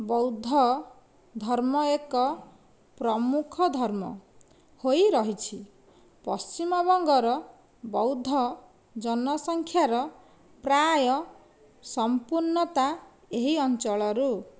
ବୌଦ୍ଧ ଧର୍ମ ଏକ ପ୍ରମୁଖ ଧର୍ମ ହୋଇ ରହିଛି ପଶ୍ଚିମବଙ୍ଗର ବୌଦ୍ଧ ଜନସଂଖ୍ୟାର ପ୍ରାୟ ସମ୍ପୂର୍ଣ୍ଣତା ଏହି ଅଞ୍ଚଳରୁ